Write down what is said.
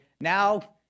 Now